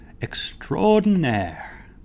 extraordinaire